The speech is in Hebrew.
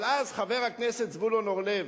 אבל אז חבר הכנסת זבולון אורלב,